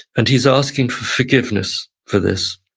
and he's asking forgiveness for this.